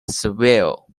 seville